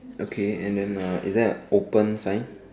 okay and then uh is there an open sign